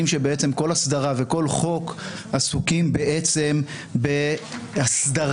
שבעה בבית המשפט והנשיאה היא שקובעת מי השבעה